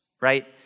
right